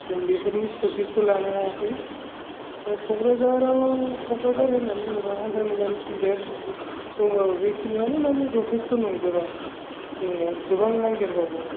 जों बेफोरनि स्टप'पेजखौ लानो हायाखै दा क'क्राझाराव क'क्राझार होननानै बुङोब्ला हान्थामेलानि सुबिदाया दंबाबो बेखिनियानो माने जथेस्थ' नंजोबा जोंनो गोबां नांदेरबावगौ